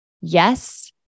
Yes